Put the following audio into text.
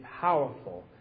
powerful